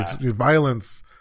Violence